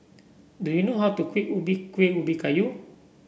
do you know how to Kuih Ubi Kuih Ubi Kayu